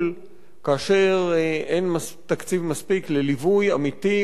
כאשר אין תקציב מספיק לליווי אמיתי ומספק